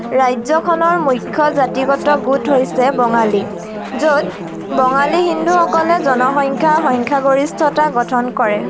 মুখ্য জাতিগত গোট হৈছে বাঙালী য'ত বাঙালী হিন্দুসকলে জনসংখ্যাৰ সংখ্যাগৰিষ্ঠতা গঠন কৰে